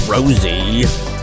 Rosie